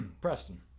Preston